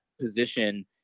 position